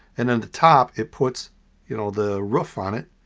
and then the top, it puts you know the roof on it.